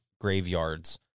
graveyards